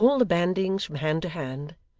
but in all the bandyings from hand to hand,